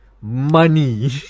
money